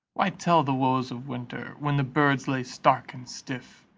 why tell the woes of winter, when the birds lay stark and stiff,